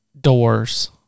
doors